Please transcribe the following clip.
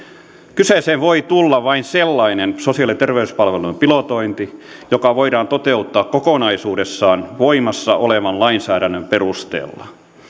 kyseeseen voi tulla vain sellainen sosiaali ja terveyspalvelujen pilotointi joka voidaan toteuttaa kokonaisuudessaan voimassa olevan lainsäädännön perusteella